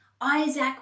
Isaac